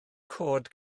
cod